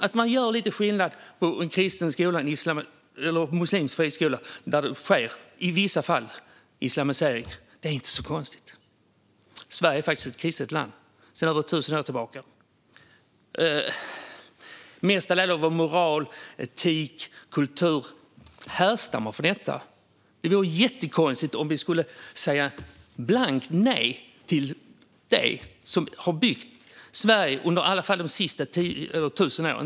Att man gör lite skillnad mellan kristna friskolor och muslimska friskolor, där det i vissa fall sker islamisering, är inte så konstigt. Sverige är faktiskt ett kristet land sedan 1 000 år tillbaka. Det mesta av vår moral, etik och kultur härstammar från detta. Det vore jättekonstigt om vi skulle säga blankt nej till det som har byggt Sverige under de senaste 1 000 åren.